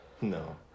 No